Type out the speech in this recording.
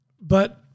But-